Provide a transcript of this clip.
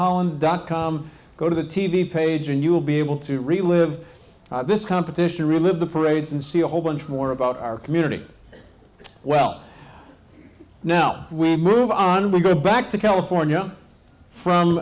holland dot com go to the t v page and you will be able to relive this competition relive the parades and see a whole bunch more about our community well now we move on we go back to california